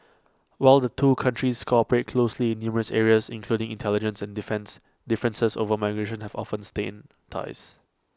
while the two countries cooperate closely in numerous areas including intelligence and defence differences over migration have often stained ties